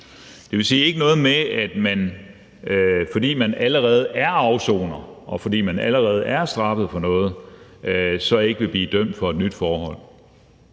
Det vil sige, at der ikke er noget med, at fordi man allerede afsoner og man allerede er straffet for noget, så kan man ikke blive dømt for et nyt forhold.